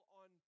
on